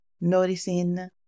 noticing